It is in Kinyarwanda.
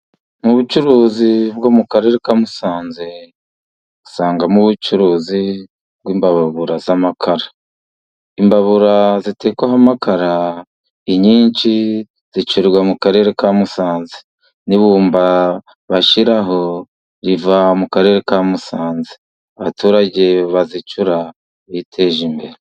Mu bucuruzi bwo mu karere ka Musanze usangamo ubucuruzi bw'imbabura z'amakara. Imbabura zitekwaho amakara, inyinshi zicurirwa mu karere ka Musanze. N'ibumba bashyiraho, riva mu karere ka Musanze. Abaturage bazicura biteje imbere.